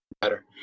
better